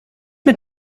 mit